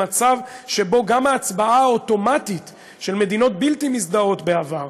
למצב שבו גם ההצבעה האוטומטית של מדינות בלתי מזדהות בעבר,